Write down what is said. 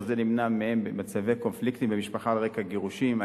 זה נמנע מהם במצבי קונפליקטים במשפחה על רקע גירושים,